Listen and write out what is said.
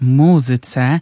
muzyce